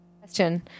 Question